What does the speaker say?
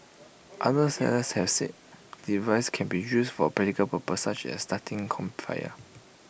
other sellers have said device can be used for practical purposes such as starting campfires